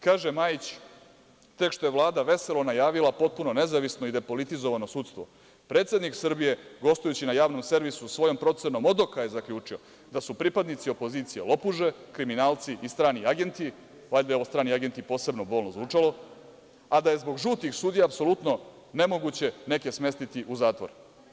Kaže Majić – Tek što je Vlada veselo najavila, potpuno nezavisno i da je politizovano sudstvo, Predsednik Srbije, gostujući na javnom servisu, svojom procenom, od oka, je zaključio da su pripadnici opozicije lopuže, kriminalci i strani agenti, valjda je ovo strani agenti posebno bolno zvučalo, a da je zbog žutih sudija, apsolutno nemoguće neke smestiti u zatvor.